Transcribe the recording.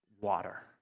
water